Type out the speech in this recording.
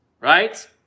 Right